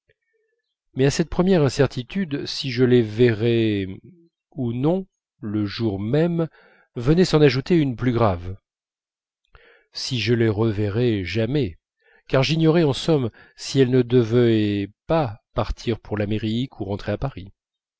mais à cette première incertitude si je les verrais ou non le jour même venait s'en ajouter une plus grave si je les reverrais jamais car j'ignorais en somme si elles ne devaient pas partir pour l'amérique ou rentrer à paris